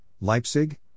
Leipzig